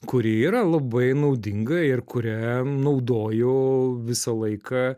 kuri yra labai naudinga ir kurią naudoju visą laiką